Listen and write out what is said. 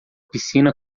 piscina